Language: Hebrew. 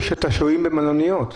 ויש את השוהים במלוניות.